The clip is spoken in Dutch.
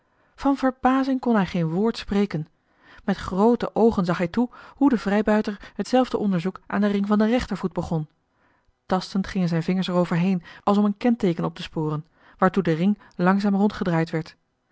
van verbazing kon hij geen woord spreken met groote oogen zag hij toe hoe de vrijbuiter hetzelfde onderzoek aan den ring van den rechtervoet begon tastend gingen zijn vingers er over heen als om een kenteeken op te sporen waartoe de ring langzaam rondgedraaid werd